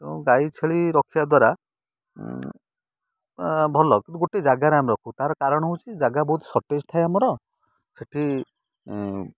ତେଣୁ ଗାଈ ଛେଳି ରଖିବା ଦ୍ୱାରା ଭଲ କିନ୍ତୁ ଗୋଟେ ଜାଗାରେ ଆମେ ରଖୁ ତା'ର କାରଣ ହେଉଛି ଜାଗା ବହୁତ ସଟେଜ୍ ଥାଏ ଆମର ସେଠି